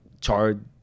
charred